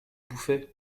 bouffay